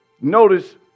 notice